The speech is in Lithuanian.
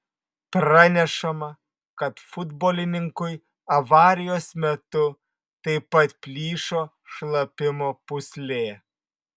pranešama kad futbolininkui avarijos metu taip pat plyšo šlapimo pūslė